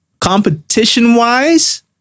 competition-wise